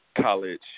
college